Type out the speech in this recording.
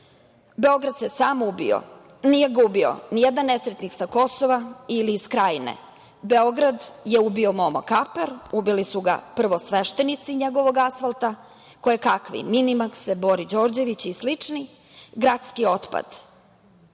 Beograd se sam ubio, nije ga ubio nijedan nesretnik sa Kosova ili iz Krajne, Beograd je ubio Momo Kapor, ubili su ga prvo sveštenici njegovog asfalta, kojekakvi Minimaksi, Bore Đorđevići i slični gradski otpad. Na